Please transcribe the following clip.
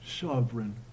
sovereign